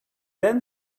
then